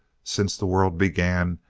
since the world began,